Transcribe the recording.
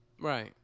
Right